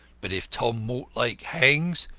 but if tom mortlake hangs,